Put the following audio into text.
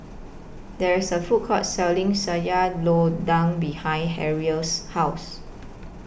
There IS A Food Court Selling Sayur Lodeh behind Harrell's House